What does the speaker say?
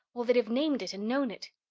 or they'd have named it and known it!